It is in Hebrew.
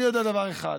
אני יודע דבר אחד.